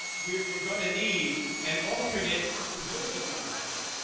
we're we're going to need an alternate comparability yardstick.